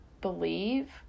believe